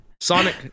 Sonic